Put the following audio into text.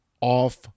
off